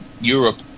Europe